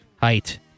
Height